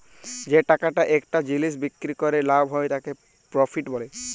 যে টাকাটা একটা জিলিস বিক্রি ক্যরে লাভ হ্যয় তাকে প্রফিট ব্যলে